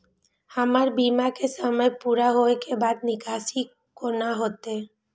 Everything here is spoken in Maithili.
हमर बीमा के समय पुरा होय के बाद निकासी कोना हेतै?